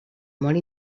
molt